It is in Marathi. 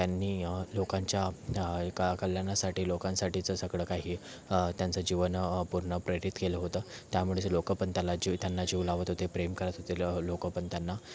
त्यांनी लोकांच्या क कल्याणासाठी लोकांसाठीचं सगळं काही त्यांचं जीवन पूर्ण प्रेरित केलं होतं त्यामुळेच लोकं पण त्यांला जीव त्यांना जीव लावत होते प्रेम करत होते लोकं पण त्यांना